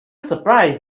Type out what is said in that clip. surprised